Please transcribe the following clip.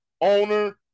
owner